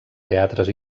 teatres